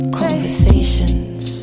conversations